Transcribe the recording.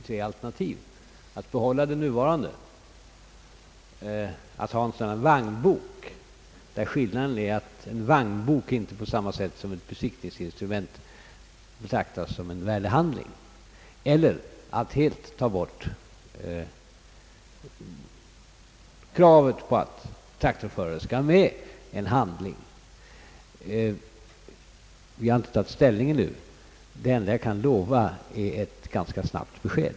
Tre alternativ finns: att behålla nuvarande föreskrift, att införa bestämmelser om en särskild vagnbok vilken inte på samma sätt som besiktningsinstrumentet anses vara en värdehandling, eller att helt slopa kravet att traktorförare skall ha med en handling. Vi har som sagt ännu inte tagit ställning. Det enda jag kan lova är ett ganska snabbt besked.